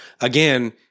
again